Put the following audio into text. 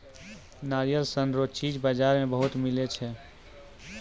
नारियल सन रो चीज बजार मे बहुते मिलै छै